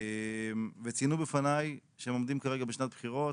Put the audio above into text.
וציינו בפני שהם כרגע עומדים בשנת בחירות,